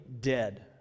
dead